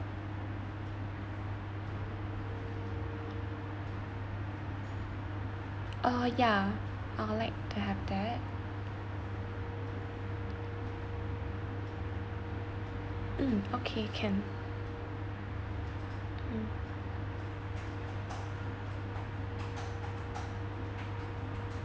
uh yeah I'd like to have that mm okay can mm